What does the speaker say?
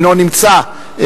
אינו נמצא.